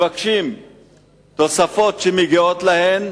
מבקשים תוספות שמגיעות להם,